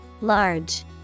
Large